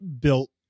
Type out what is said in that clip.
built